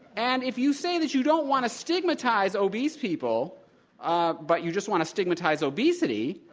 and if you say that you don't want to stigmatize obese people ah but you just want to stigmatize obesity,